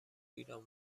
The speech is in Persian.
ایران